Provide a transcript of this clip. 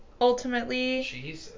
ultimately